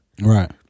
Right